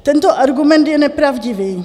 Tento argument je nepravdivý.